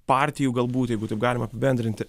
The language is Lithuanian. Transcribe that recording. partijų galbūt jeigu taip galim apibendrinti